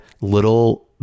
little